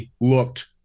looked